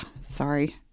Sorry